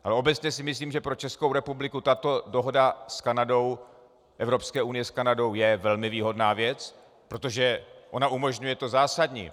Ale obecně si myslím, že pro Českou republiku tato dohoda Evropské unie s Kanadou je velmi výhodná věc, protože ona umožňuje to zásadní.